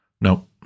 no